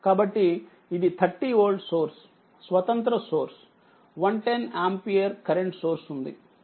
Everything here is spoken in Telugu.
కాబట్టి ఇది 30 వోల్ట్ సోర్స్ స్వతంత్ర సోర్స్ 110 ఆంపియర్ కరెంట్ సోర్స్ ఉంది